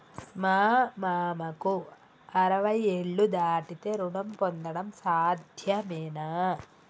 మా మామకు అరవై ఏళ్లు దాటితే రుణం పొందడం సాధ్యమేనా?